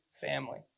family